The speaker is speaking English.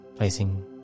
placing